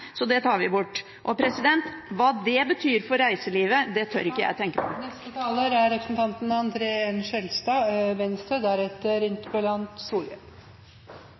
så det tar man bort. Hva det betyr for reiselivet, tør ikke jeg tenke på.